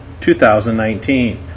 2019